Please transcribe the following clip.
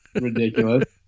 ridiculous